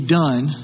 done